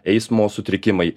eismo sutrikimai